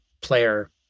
player